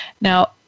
Now